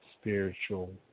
spiritual